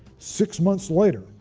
six months later,